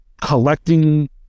collecting